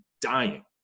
dying